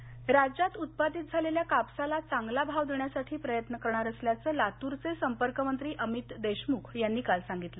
कापस खरेदी लातर राज्यात उत्पादित झालेल्या कापसाला चांगला भाव देण्यासाठी प्रयत्न करणार असल्याचं लातूरचे संपर्कमंत्री अमित देशमुख यांनी काल सांगितलं